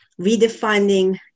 redefining